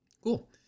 Cool